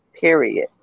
period